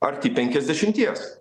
arti penkiasdešimties